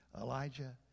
Elijah